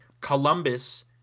Columbus